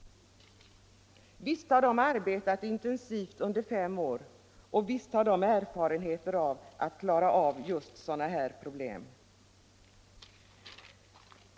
Visst har de arbetat intensivt under fem år, och visst har de erfarenheter av att klara av sådana problem!